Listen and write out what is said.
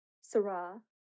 Sarah